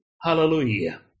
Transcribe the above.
Hallelujah